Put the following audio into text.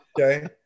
Okay